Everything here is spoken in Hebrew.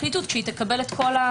כפי שנאמר,